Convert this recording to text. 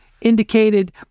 indicated